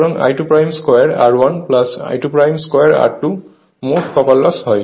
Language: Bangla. সুতরাং I22 R1 I22R2 মোট কপার লস হয়